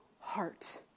heart